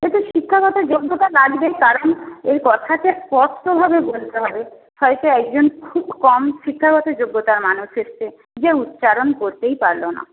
এতে শিক্ষাগত যোগ্যতা লাগবে কারণ এই কথাটা স্পষ্টভাবে বলতে হবে হয়তো একজন খুব কম শিক্ষাগত যোগ্যতার মানুষ এসছে যে উচ্চারণ করতেই পারলো না